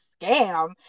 scam